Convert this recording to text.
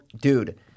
dude